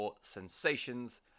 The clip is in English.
sensations